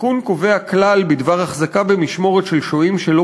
התיקון קובע כלל בדבר החזקה במשמורת של שוהים שלא